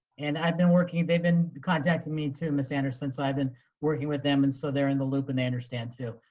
and i've been working, they've been contacting me too miss anderson. so i've been working with them and so they're in the loop and they understand too,